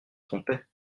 trompais